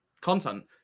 content